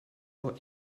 for